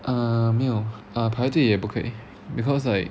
啊没有啊排队也不可以 because like